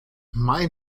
mein